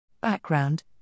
Background